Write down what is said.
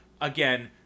Again